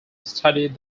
studied